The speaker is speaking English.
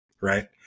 right